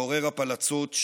מעורר הפלצות,